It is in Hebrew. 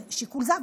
שיקול זר,